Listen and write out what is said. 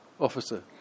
officer